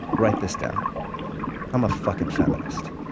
write this down i'm a fucking feminist.